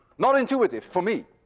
not intuitive for me.